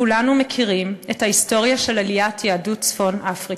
כולנו מכירים את ההיסטוריה של עליית יהדות צפון-אפריקה.